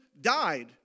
died